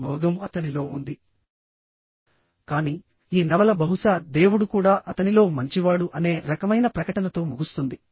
ఆ మృగం అతనిలో ఉందికానీ ఈ నవల బహుశా దేవుడు కూడా అతనిలో మంచివాడు అనే రకమైన ప్రకటనతో ముగుస్తుంది